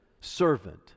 servant